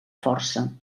força